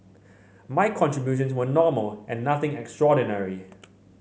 my contributions were normal and nothing extraordinary